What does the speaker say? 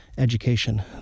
Education